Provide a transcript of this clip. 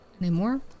anymore